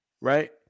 Right